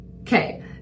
Okay